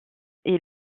est